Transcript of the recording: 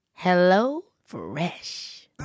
HelloFresh